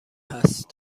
هست